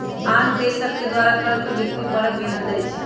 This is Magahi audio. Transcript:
आन देश सभके द्वारा कर के व्यक्ति परक गिनल जाइ छइ